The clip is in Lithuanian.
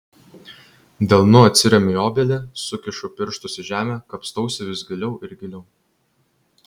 delnu atsiremiu į obelį sukišu pirštus į žemę kapstausi vis giliau ir giliau